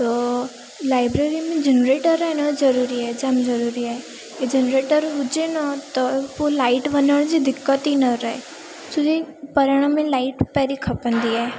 त लाइब्रेरी में जनरेटर आहे न ज़रूरी आहे जाम ज़रूरी आहे की जनरेटर हुजे न त पोइ लाइट वञण जी दिक़त ई न रहे छोकी परण में लाइट पहिरियों खपंदी आहे